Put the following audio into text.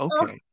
Okay